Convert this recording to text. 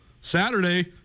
Saturday